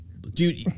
Dude